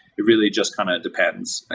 it really just kind of depends.